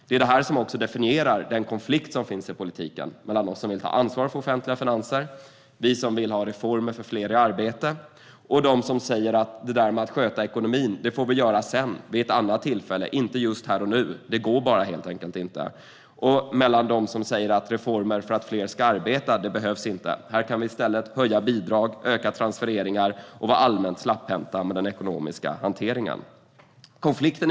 Detta definierar den konflikt som finns i politiken mellan oss som vill ta ansvar för offentliga finanser och vill ha reformer för fler i arbete och dem som säger att ekonomin får skötas vid ett annat tillfälle och inte här och nu eftersom det inte går och som säger att reformer för att fler ska arbeta inte behövs. I stället kan man höja bidrag, öka transfereringar och vara allmänt slapphänt med den ekonomiska hanteringen. Herr talman!